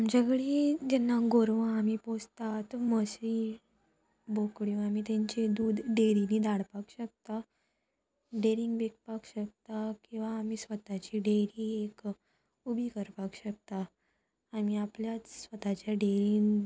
आमच्या कडे जेन्ना गोरवां आमी पोसतात म्हशी बोकड्यो आमी तेंची दूद डेरींनी धाडपाक शकता डेरीन विकपाक शकता किंवां आमी स्वताची डेयरी एक उबी करपाक शकता आमी आपल्या स्वताच्या डेरीन